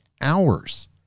hours